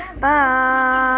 Bye